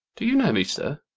do you know me, sir?